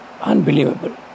Unbelievable